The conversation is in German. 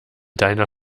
deiner